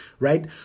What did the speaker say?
Right